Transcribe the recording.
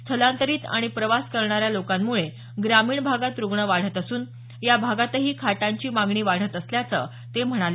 स्थलांतरीत आणि प्रवास करणाऱ्या लोकांमुळे ग्रामीण भागात रुग्ण वाढत असून या भागातही खाटांची मागणी वाढत असल्याचं ते म्हणाले